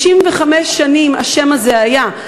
55 שנים השם הזה היה.